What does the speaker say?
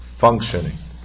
functioning